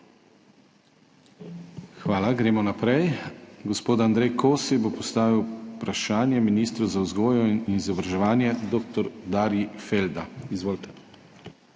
Hvala. Gremo naprej. Gospod Andrej Kosi bo postavil vprašanje ministru za vzgojo in izobraževanje dr. Darju Feldi. Izvolite.